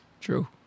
True